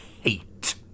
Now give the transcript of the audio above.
hate